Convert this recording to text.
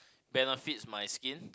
benefits my skin